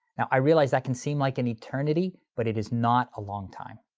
now i realize that can seem like an eternity but it is not a long time.